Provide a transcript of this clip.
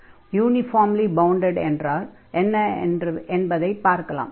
"uniformly bounded" என்றால் என்ன என்று பார்ப்போம்